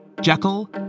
Jekyll